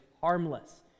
harmless